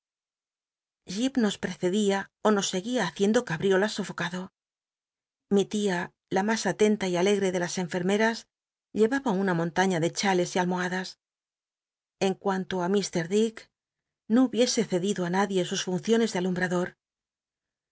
nos l l'cccdia ó ios seguía haciendo cabriolas sofocado mi tia la mas atenta y alegre de las enfermeras llevaba una montaña de chales y almohad s en cuanto á lir dick no hubiese cedido á nadie sus funciones de